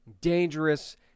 dangerous